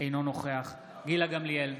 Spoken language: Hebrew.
אינו נוכח גילה גמליאל,